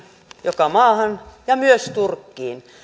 joka maahan ja myös turkkiin